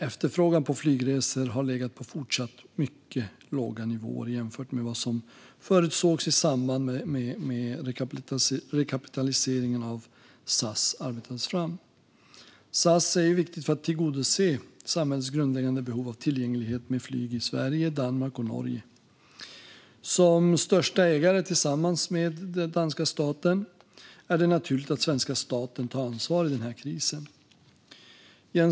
Efterfrågan på flygresor har legat på fortsatt mycket låga nivåer jämfört med vad som förutsågs i samband med att rekapitaliseringen av SAS arbetades fram. SAS är viktigt för att tillgodose samhällets grundläggande behov av tillgänglighet med flyg i Sverige, Danmark och Norge. Som största ägare i SAS, tillsammans med den danska staten, är det naturligt att svenska staten tar ansvar i denna kris.